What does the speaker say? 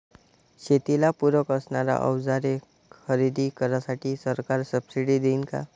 शेतीला पूरक असणारी अवजारे खरेदी करण्यासाठी सरकार सब्सिडी देईन का?